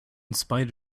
spite